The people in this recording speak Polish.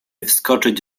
wskoczyć